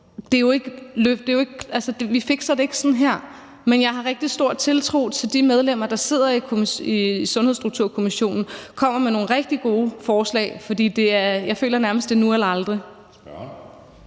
Vi fikser det ikke med et snuptag, men jeg har rigtig stor tiltro til, at de medlemmer, der sidder i Sundhedsstrukturkommissionen, kommer med nogle rigtig gode forslag, for jeg føler nærmest, at det er nu heller aldrig.